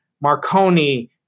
Marconi